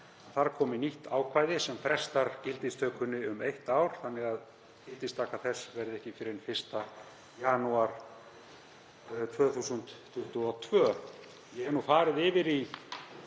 þar, komi nýtt ákvæði sem frestar gildistökunni um eitt ár þannig að gildistaka þess verði ekki fyrr en 1. janúar 2022. Ég hef nú farið yfir álit